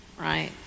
right